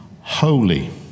holy